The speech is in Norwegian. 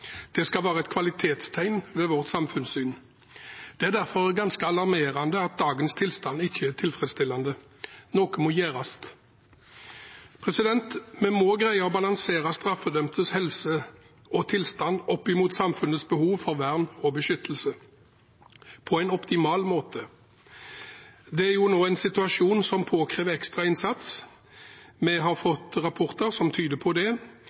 Det skal være et kvalitetstegn ved vårt samfunnssyn. Det er derfor ganske alarmerende at dagens tilstand ikke er tilfredsstillende. Noe må gjøres. Vi må greie å balansere straffedømtes helse og tilstand opp mot samfunnets behov for vern og beskyttelse på en optimal måte. Det er nå en situasjon som påkrever ekstra innsats. Vi har fått rapporter som tyder på det.